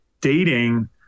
dating